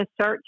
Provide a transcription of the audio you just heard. search